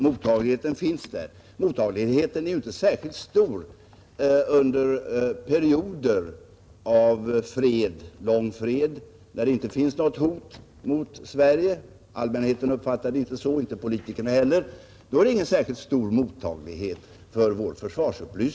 Mottagligheten är däremot inte särskilt stor under perioder av lång fred då det inte finns något hot mot Sverige — allmänheten uppfattar det i varje fall inte så och inte politikerna heller.